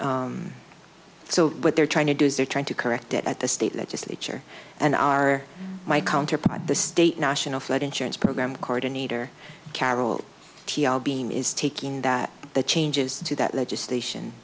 because so what they're trying to do is they're trying to correct it at the state legislature and our my counterpart the state national flood insurance program coordinator carol beam is taking that the changes to that legislation